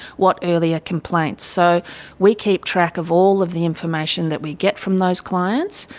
what earlier complaints. so we keep track of all of the information that we get from those clients.